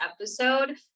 episode